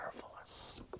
marvelous